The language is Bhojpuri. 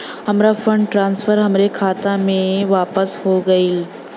हमार फंड ट्रांसफर हमरे खाता मे वापस हो गईल